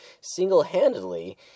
single-handedly